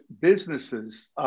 businesses